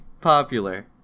popular